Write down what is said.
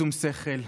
בשום שכל,